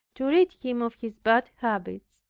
to rid him of his bad habits,